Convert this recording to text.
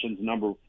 number